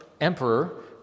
emperor